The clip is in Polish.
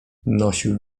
nosił